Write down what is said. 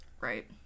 Right